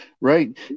Right